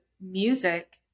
music